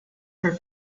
for